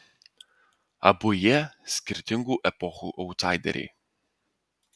abu jie skirtingų epochų autsaideriai